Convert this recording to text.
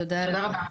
תודה רבה.